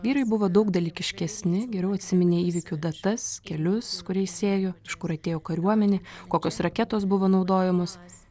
vyrai buvo daug dalykiškesni geriau atsiminė įvykių datas kelius kuriais ėjo iš kur atėjo kariuomenė kokios raketos buvo naudojamos